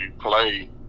play